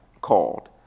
called